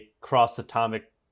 cross-atomic